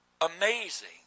amazing